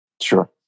Sure